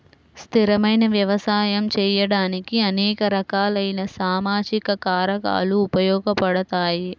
స్థిరమైన వ్యవసాయం చేయడానికి అనేక రకాలైన సామాజిక కారకాలు ఉపయోగపడతాయి